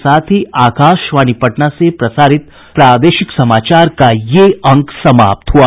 इसके साथ ही आकाशवाणी पटना से प्रसारित प्रादेशिक समाचार का ये अंक समाप्त हुआ